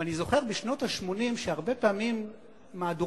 ואני זוכר שבשנות ה-80 הרבה פעמים מהדורות